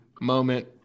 moment